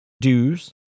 dues